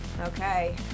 Okay